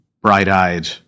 bright-eyed